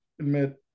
admit